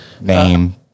name